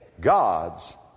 God's